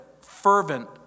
fervent